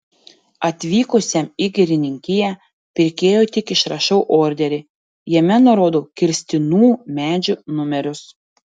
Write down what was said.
atvykusiam į girininkiją pirkėjui tik išrašau orderį jame nurodau kirstinų medžių numerius